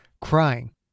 crying